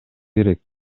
керек